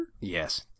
Yes